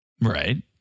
Right